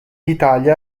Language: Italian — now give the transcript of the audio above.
italia